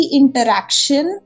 interaction